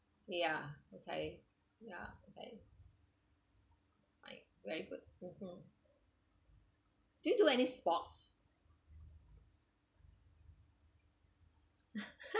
ya okay ya okay I very good mmhmm do you do any sport